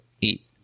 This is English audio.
eat